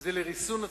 זה לריסון עצמי,